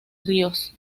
ríos